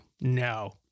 no